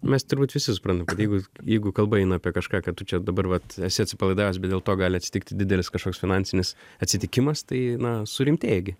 mes turbūt visi suprantam kad jeigu jeigu kalba eina apie kažką ką tu čia dabar vat esi atsipalaidavęs bet dėl to gali atsitikti didelis kažkoks finansinis atsitikimas tai na surimtėji gi